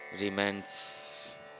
remains